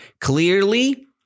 Clearly